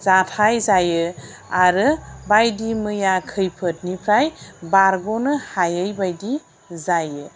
जाथाय जायो आरो बायदि मैया खैफोदनिफ्राय बारगनो हायैबायदि जायो